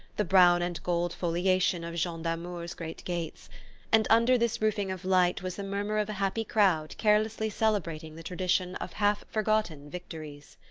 the brown-and-gold foliation of jean damour's great gates and under this roofing of light was the murmur of a happy crowd carelessly celebrating the tradition of half-forgotten victories.